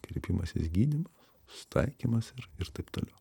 kreipimasis gydymas susitaikymas ir ir taip toliau